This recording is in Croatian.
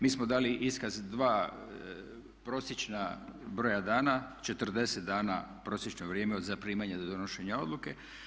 Mi smo dali iskaz prosječna broja dana, 40 dana je prosječno vrijeme od zaprimanja do donošenja odluke.